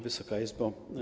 Wysoka Izbo!